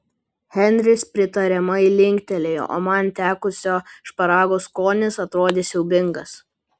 henris pritariamai linktelėjo o man tekusio šparago skonis atrodė siaubingas